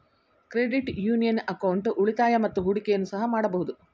credit union account ಉಳಿತಾಯ ಮತ್ತು ಹೂಡಿಕೆಯನ್ನು ಸಹ ಮಾಡಬಹುದು